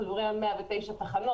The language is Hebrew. אנחנו מדברים על 109 תחנות,